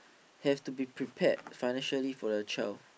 have to be prepared financially for their child